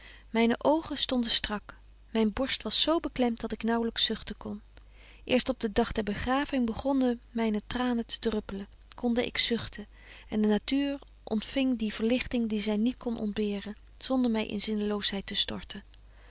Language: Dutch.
myne oogen stonden strak myn borst was zo beklemt dat ik naauwlyks zuchten kon eerst op den dag der begraving begonden myne tranen te druppelen konde ik zuchten en de natuur ontfing die verligting die zy niet kon ontberen zonder my in zinneloosheid te storten